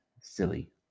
silly